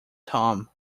tom